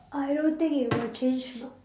I don't think it would change